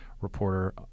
reporter